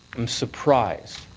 i'm surprised,